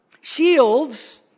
Shields